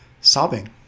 sobbing